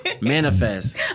Manifest